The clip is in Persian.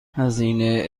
هزینه